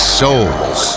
souls